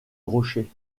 rocher